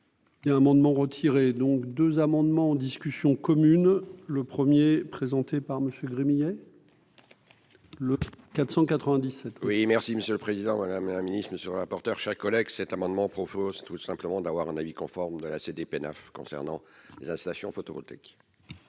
Il y a un amendement retiré donc 2 amendements en discussion commune le 1er présenté par Monsieur Gremillet. Le 497. Oui, merci Monsieur le Président, Madame la Ministre, Monsieur le rapporteur, chers collègues, cet amendement propose tout simplement d'avoir un avis conforme de la Cdpenaf concernant la station photovoltaïque.